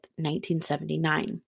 1979